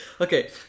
Okay